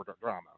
drama